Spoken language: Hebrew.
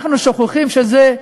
אנחנו שוכחים שזה,